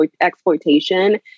exploitation